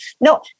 No